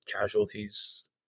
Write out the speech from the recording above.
casualties